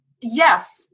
yes